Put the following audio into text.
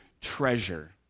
treasure